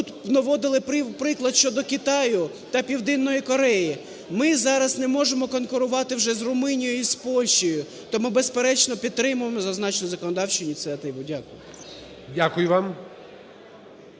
наводили приклад щодо Китаю та Південної Кореї – ми зараз не можемо конкурувати вже з Румунією і з Польщею. То ми безперечно підтримуємо зазначені законодавчі ініціативи. Дякую.